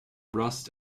rust